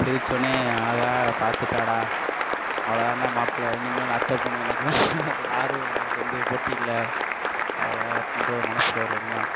சிரிச்சோனயே ஆஹா பார்த்துட்டாடா அவ்வளோதான்டா மாப்பிள இனிமேல் அத்தை பொண்ணு எனக்குதான்டா யாரும் நம்பளுக்கு வந்து போட்டியில்லை அவ்வளோதான் அப்புன்ற ஒரு மனசில் ஒரு எண்ணம்